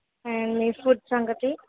and మీ food సంగతి